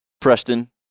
preston